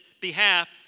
behalf